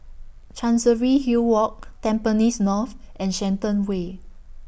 Chancery Hill Walk Tampines North and Shenton Way